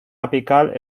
apical